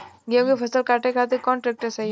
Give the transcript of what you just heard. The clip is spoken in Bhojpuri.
गेहूँ के फसल काटे खातिर कौन ट्रैक्टर सही ह?